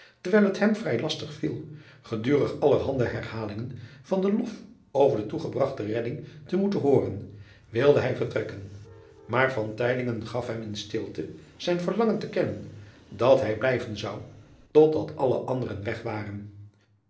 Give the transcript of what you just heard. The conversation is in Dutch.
terwijl het hem vrij lastig viel gedurig allerhande herhalingen van driaan oosjes zn et leven van aurits ijnslager den lof over de toegebragte redding te moeten hooren wilde hij vertrekken maar gaf hem in stilte zijn verlangen te kennen dat hij blijven zou tot dat alle anderen weg waren